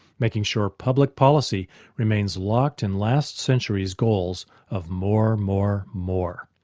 making sure public policy remains locked in last century's goals of more, more, more.